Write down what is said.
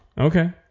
Okay